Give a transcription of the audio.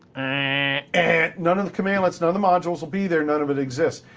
and and none of the cmdlets. none of the modules will be there. none of it exists.